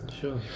sure